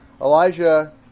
Elijah